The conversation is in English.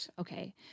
okay